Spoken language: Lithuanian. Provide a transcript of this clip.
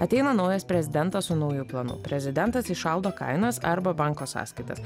ateina naujas prezidentas su nauju planu prezidentas įšaldo kainas arba banko sąskaitas